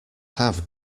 have